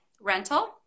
rental